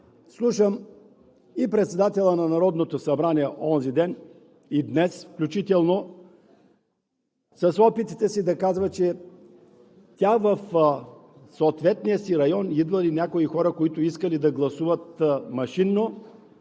слушам и председателя на Народното събрание онзи ден, и днес включително, с опитите си да казва, че в съответния район идвали някои хора, които искали да гласуват машинно.